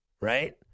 right